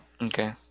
Okay